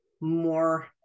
more